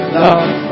love